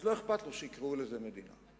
אז לא אכפת לו שיקראו לזה מדינה.